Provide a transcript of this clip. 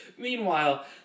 Meanwhile